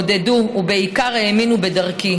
עודדו ובעיקר האמינו בדרכי.